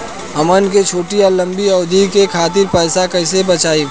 हमन के छोटी या लंबी अवधि के खातिर पैसा कैसे बचाइब?